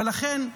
ולכן,